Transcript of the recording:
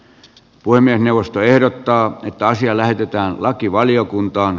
puhemiesneuvosto ehdottaa että asia lähetetään lakivaliokuntaan